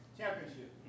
championship